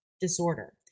disorder